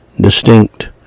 distinct